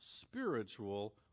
spiritual